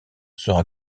sera